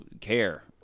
care